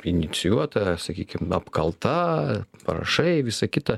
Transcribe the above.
inicijuota sakykim apkalta parašai visa kita